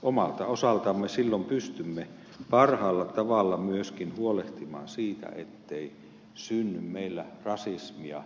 omalta osaltamme silloin pystymme parhaalla tavalla myöskin huolehtimaan siitä ettei meillä synny rasismia